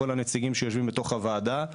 כל הנציגים שיושבים בתוך הועדה.